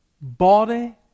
body